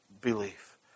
belief